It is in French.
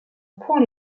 point